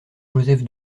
joseph